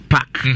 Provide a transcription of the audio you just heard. Pack